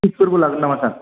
फिसफोरबो लागोन नामा सार